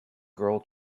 girl